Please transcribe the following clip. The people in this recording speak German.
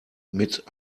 mit